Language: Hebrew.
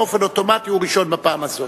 באופן אוטומטי הוא ראשון בפעם הזאת.